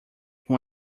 com